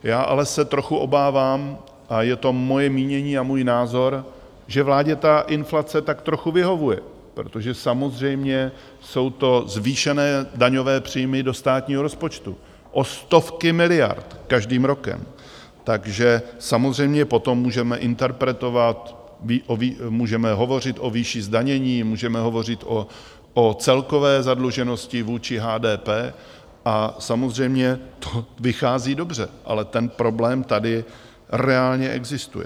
Já ale se trochu obávám, a je to moje mínění a můj názor, že vládě ta inflace tak trochu vyhovuje, protože samozřejmě jsou to zvýšené daňové příjmy do státního rozpočtu o stovky miliard každým rokem, takže samozřejmě potom můžeme interpretovat, můžeme hovořit o výši zdanění, můžeme hovořit o celkové zadluženosti vůči HDP, a samozřejmě to vychází dobře, ale ten problém tady reálně existuje.